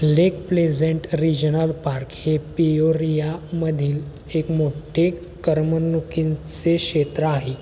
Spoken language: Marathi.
लेक प्लेझेंट रिजनल पार्क हे पियोरियामधील एक मोठ्ठे करमणुकींचे क्षेत्र आहे